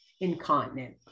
incontinent